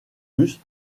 russes